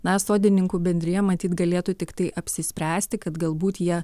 na sodininkų bendrija matyt galėtų tiktai apsispręsti kad galbūt jie